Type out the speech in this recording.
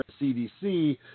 CDC